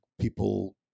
people